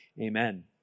amen